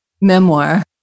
memoir